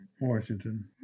Washington